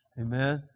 Amen